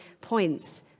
points